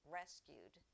rescued